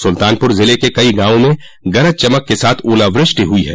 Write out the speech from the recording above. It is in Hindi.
सुल्तानपुर जिले के कई गाँवों में गरज चमक के साथ ओलावृष्टि हुई है